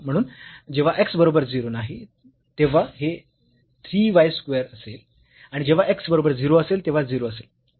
म्हणून जेव्हा x बरोबर 0 नाही तेव्हा हे 3 y स्क्वेअर असेल आणि जेव्हा x बरोबर 0 असेल तेव्हा 0 असेल